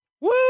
Woo